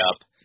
up